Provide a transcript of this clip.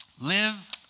Live